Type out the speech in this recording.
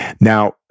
Now